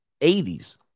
80s